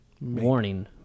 warning